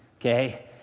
okay